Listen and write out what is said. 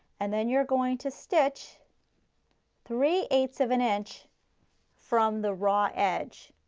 and then you're going to stitch three eight ths of an inch from the raw edge,